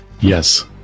Yes